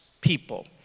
people